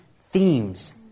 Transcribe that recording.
themes